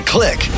Click